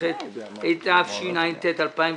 התשע"ט-2019 אושרה.